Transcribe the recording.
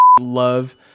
love